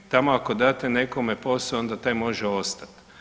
Tamo ako date nekome posao, onda taj može ostati.